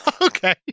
Okay